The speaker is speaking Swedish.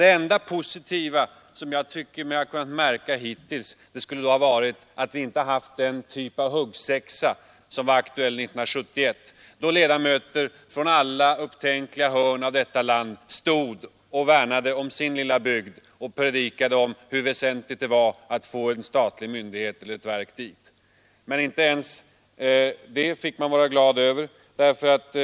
Det enda positiva som jag tycker mig ha kunnat märka hittills skulle vara att vi inte haft den typ av huggsexa som var aktuell 1971, då ledamöter från alla upptänkliga hörn av detta land stod upp och värnade om sin lilla bygd och predikade om hur väsentligt det vore att få en statlig myndighet eller ett verk dit. Men inte ens det fick man vara riktigt glad över.